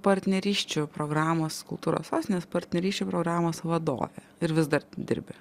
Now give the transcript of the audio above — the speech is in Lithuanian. partnerysčių programos kultūros sostinės partnerysčių programos vadovė ir vis dar dirbi